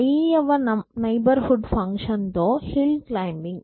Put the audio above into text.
i the neighbourhood function తో hill climbing